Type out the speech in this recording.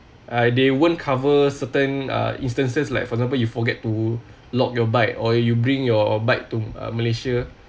uh they wouldn't cover certain uh instances like for example you forget to lock your bike or you bring your bike to malaysia